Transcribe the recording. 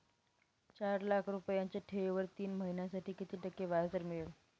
चार लाख रुपयांच्या ठेवीवर तीन महिन्यांसाठी किती टक्के व्याजदर मिळेल?